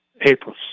April